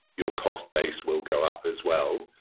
your cost base will go up as well,